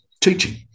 teaching